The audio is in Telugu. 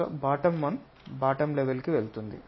so bottom one bottom level కి వస్తుంది